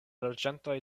loĝantoj